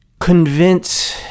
Convince